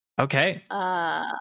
Okay